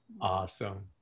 Awesome